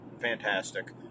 fantastic